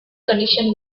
conditions